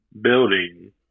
building